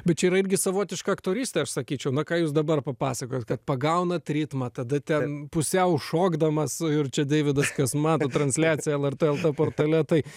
bet čia yra irgi savotiška aktorystė aš sakyčiau na ką jūs dabar papasakojot kad pagaunat ritmą tada ten pusiau šokdamas ir čia deividas kas mato transliaciją el er t lt portale tai